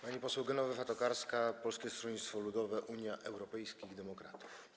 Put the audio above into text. Pani poseł Genowefa Tokarska, Polskie Stronnictwo Ludowe - Unia Europejskich Demokratów.